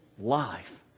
life